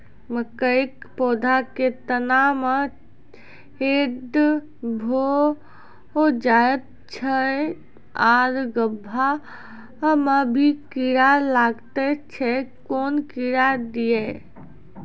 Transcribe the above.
मकयक पौधा के तना मे छेद भो जायत छै आर गभ्भा मे भी कीड़ा लागतै छै कून कीड़ा छियै?